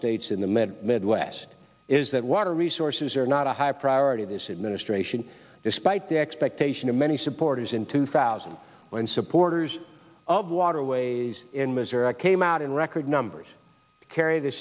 states in the mid midwest is that water resources are not a high priority of this administration despite the expectation of many supporters in two thousand when supporters of waterways in missouri came out in record numbers carry th